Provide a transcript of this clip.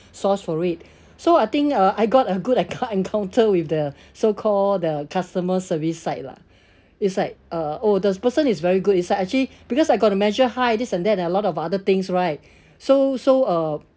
source for it so I think uh I got a good enco~ encounter with the so-called the customer service side lah it's like uh oh this person is very good this side actually because I got to measure height this and that and a lot of other things right so so uh